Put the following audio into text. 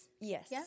yes